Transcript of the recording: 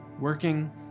working